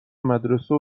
مدرسه